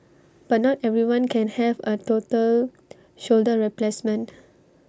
but not everyone can have A total shoulder replacement